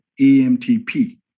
EMTP